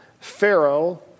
Pharaoh